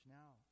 now